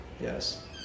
Yes